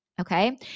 Okay